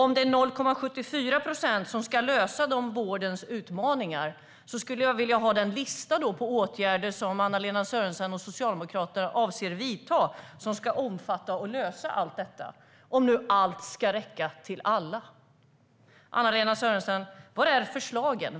Om det är 0,74 procent som ska lösa vårdens utmaningar skulle jag vilja ha listan på de åtgärder som Anna-Lena Sörenson och Socialdemokraterna avser att vidta och som ska omfatta och lösa allt detta, när nu allt ska räcka till alla. Anna-Lena Sörenson, var finns förslagen?